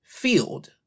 Field